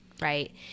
right